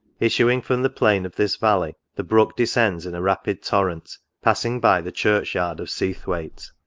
issuing from the plain of this valley, the brook descends in a rapid torrent, passing by the church yard of seathwaite.